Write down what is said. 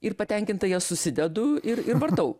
ir patenkinta jas susidedu ir ir vartau